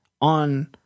on